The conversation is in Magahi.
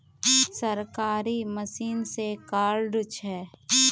सरकारी मशीन से कार्ड छै?